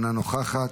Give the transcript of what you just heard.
אינה נוכחת,